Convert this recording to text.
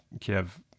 Kiev